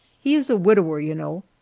he is a widower, you know.